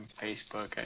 Facebook